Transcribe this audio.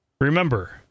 Remember